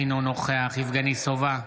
אינו נוכח יבגני סובה,